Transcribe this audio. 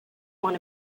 want